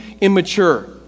immature